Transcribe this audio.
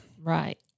right